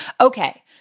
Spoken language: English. Okay